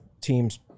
teams